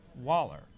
waller